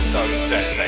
Sunset